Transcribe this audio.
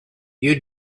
you